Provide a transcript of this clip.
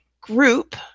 group